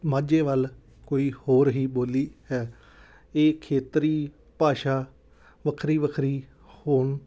ਮਾਝੇ ਵੱਲ ਕੋਈ ਹੋਰ ਹੀ ਬੋਲੀ ਹੈ ਇਹ ਖੇਤਰੀ ਭਾਸ਼ਾ ਵੱਖਰੀ ਵੱਖਰੀ ਹੋਣ